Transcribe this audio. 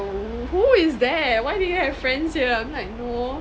oo who is that why do you have friends I'm like no